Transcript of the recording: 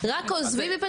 לא רק הזו הנוכחית.